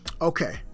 okay